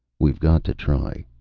we've got to try.